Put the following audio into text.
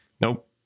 Nope